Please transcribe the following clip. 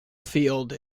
field